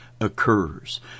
occurs